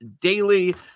Daily